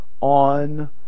on